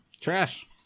Trash